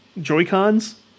Joy-Cons